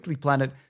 planet